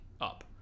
up